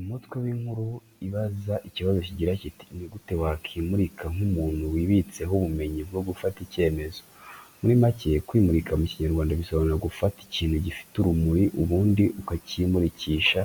Umutwe w'inkuru ibaza ikibazo kigira kiti "Ni gute wakimurika nk'umuntu wibitseho ubumenyi bwo gufata icyemezo". Muri macye kwimurika mu Kinyarwanda bisobanura gufata ikintu gifite urumuri ubundi ukakimurikisha